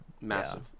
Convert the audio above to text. Massive